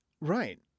Right